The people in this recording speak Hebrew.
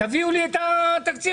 תביאו לי את התקציב.